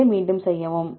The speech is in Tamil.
அதையே மீண்டும் செய்யவும்